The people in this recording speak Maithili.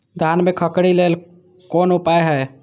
धान में खखरी लेल कोन उपाय हय?